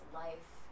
life